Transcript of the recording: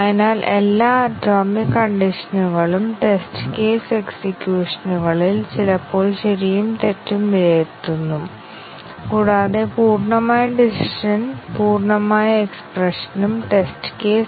ഉദാഹരണത്തിന് പ്രസ്താവന കവറേജിൽ പ്രോഗ്രാം ഘടകങ്ങൾ പ്രസ്താവനയാണ് ബ്രാഞ്ച് കവറേജിൽ ഇതിനെ തീരുമാന കവറേജ് എന്നും വിളിക്കുന്നു ഓരോ ബ്രാഞ്ച് അവസ്ഥയും സത്യവും തെറ്റായ മൂല്യങ്ങളും ഏറ്റെടുക്കുന്നുണ്ടോ എന്ന് ഞങ്ങൾ പരിശോധിക്കുന്നു